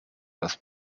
raz